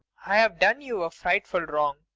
i've done you a frightful wrong.